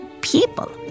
people